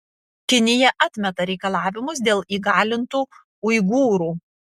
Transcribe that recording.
kinija atmeta reikalavimus dėl įkalintų uigūrų